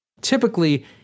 Typically